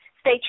Stay